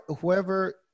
whoever